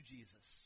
Jesus